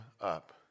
up